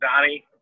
Donnie